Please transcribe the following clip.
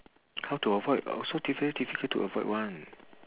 how to avoid so difficult difficult to avoid one